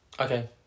Okay